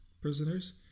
prisoners